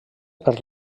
per